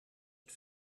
het